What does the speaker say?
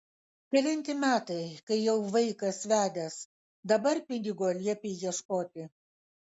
kelinti metai kai jau vaikas vedęs dabar pinigo liepi ieškoti